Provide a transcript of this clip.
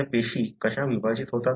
आपल्या पेशी कशा विभाजित होतात